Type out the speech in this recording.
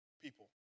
people